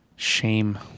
shame